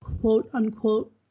quote-unquote